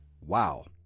Wow